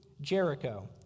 Jericho